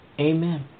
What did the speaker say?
Amen